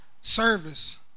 service